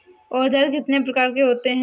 औज़ार कितने प्रकार के होते हैं?